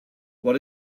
what